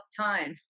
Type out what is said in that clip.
time